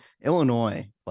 Illinois